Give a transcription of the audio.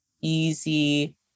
easy